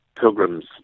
pilgrims